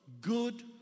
good